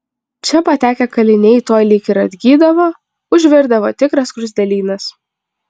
čia patekę kaliniai tuoj lyg ir atgydavo užvirdavo tikras skruzdėlynas